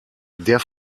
der